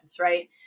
right